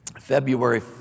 February